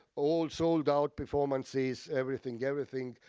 all sold out performances, everything, everything,